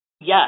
Yes